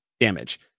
damage